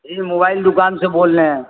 جی mobile دکان سے بول رہے ہیں